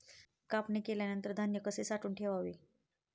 कापणी केल्यानंतर धान्य कसे साठवून ठेवावे?